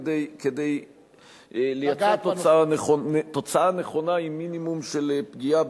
כדי לייצר תוצאה נכונה עם מינימום של פגיעה,